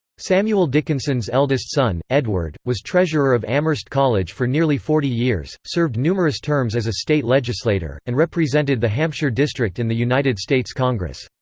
samuel dickinson's eldest son, edward, was treasurer of amherst college for nearly forty years, served numerous terms as a state legislator, and represented the hampshire district in the united states congress.